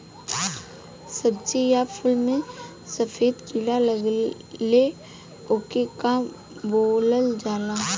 सब्ज़ी या फुल में सफेद कीड़ा लगेला ओके का बोलल जाला?